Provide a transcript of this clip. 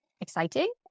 exciting